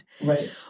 Right